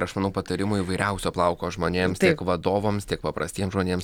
ir aš manau patarimų įvairiausio plauko žmonėms tiek vadovams tiek paprastiems žmonėms